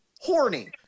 Horny